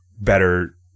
better